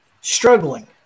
struggling